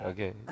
Okay